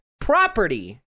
property